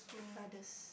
brothers